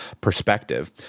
perspective